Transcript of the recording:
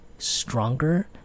stronger